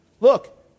Look